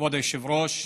כבוד היושב-ראש,